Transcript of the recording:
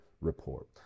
report